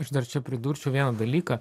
aš dar čia pridurčiau vieną dalyką